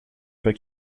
pas